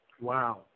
Wow